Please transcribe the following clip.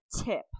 tip